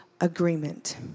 agreement